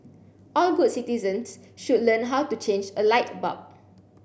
all good citizens should learn how to change a light bulb